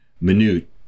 minute